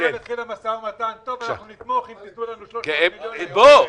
עכשיו יתחיל המשא ומתן: אנחנו נתמוך אם תיתנו לנו 300 מיליון שקל.